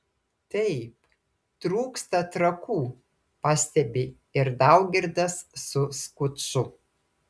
taip trūksta trakų pastebi ir daugirdas su skuču